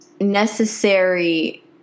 necessary